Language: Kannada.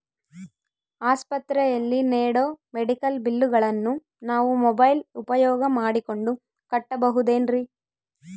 ಆಸ್ಪತ್ರೆಯಲ್ಲಿ ನೇಡೋ ಮೆಡಿಕಲ್ ಬಿಲ್ಲುಗಳನ್ನು ನಾವು ಮೋಬ್ಯೆಲ್ ಉಪಯೋಗ ಮಾಡಿಕೊಂಡು ಕಟ್ಟಬಹುದೇನ್ರಿ?